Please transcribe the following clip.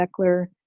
Beckler